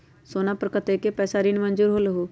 सोना पर कतेक पैसा ऋण मंजूर होलहु?